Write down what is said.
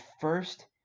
first